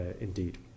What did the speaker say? indeed